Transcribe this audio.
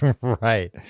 Right